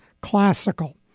classical